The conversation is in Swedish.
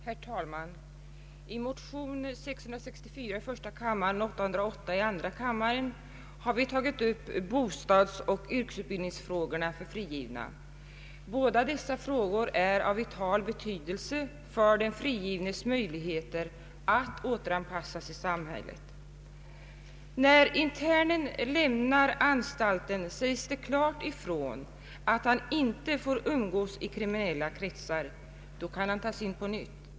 Herr talman! I motionerna I: 664 och II: 808 har vi tagit upp bostadsoch yrkesutbildningsfrågorna för frigivna. Båda dessa frågor är av vital betydelse för de frigivnas möjligheter att återanpassas i samhället. När internen lämnar anstalten sägs det klart ifrån att han inte får umgås i kriminella kretsar — gör han det kan han tas in på nytt.